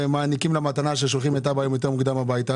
ואנחנו מעניקים לה מתנה ששולחים את אבא היום יותר מוקדם הביתה,